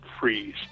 freeze